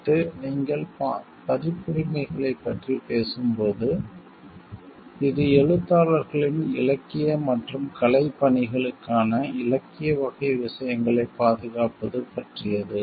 அடுத்து நீங்கள் பதிப்புரிமைகளைப் பற்றி பேசும்போது இது எழுத்தாளர்களின் இலக்கிய மற்றும் கலைப் பணிகளுக்காக இலக்கிய வகை விஷயங்களைப் பாதுகாப்பது பற்றியது